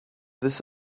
this